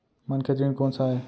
मनखे ऋण कोन स आय?